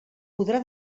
podrà